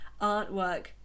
artwork